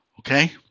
Okay